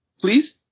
please